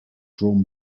drawn